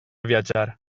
viatjar